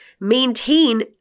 Maintain